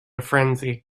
frenzy